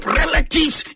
relatives